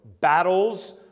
battles